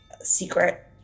secret